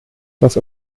das